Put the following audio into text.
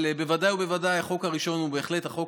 אבל בוודאי ובוודאי, החוק הראשון הוא בהחלט מאוד